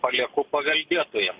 palieku paveldėtojam